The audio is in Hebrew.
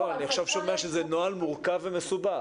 אני עכשיו שומע שזה נוהל מורכב ומסובך.